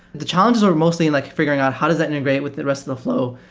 the challenges are mostly in like figuring out how does that integrate with the rest of the flow?